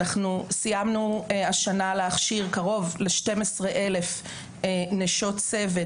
סיימנו השנה להכשיר קרוב ל-12 אלף נשות צוות